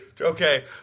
Okay